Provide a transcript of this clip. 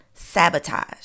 Sabotage